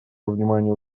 вниманию